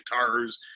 guitars